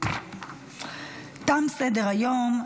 תם סדר-היום.